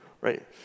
right